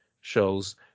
shows